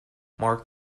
mark